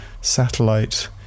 satellite